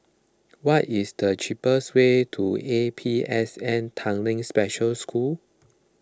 what is the cheapest way to A P S N Tanglin Special School